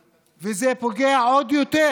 זה פוגע בזכויות העציר וזה פוגע עוד יותר